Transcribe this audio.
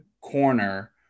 corner